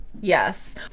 Yes